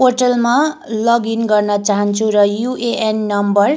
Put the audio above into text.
पोर्टलमा लगइन गर्न चाहन्छु र युएएन नम्बर